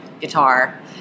guitar